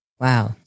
Wow